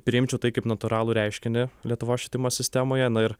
priimčiau tai kaip natūralų reiškinį lietuvos švietimo sistemoje na ir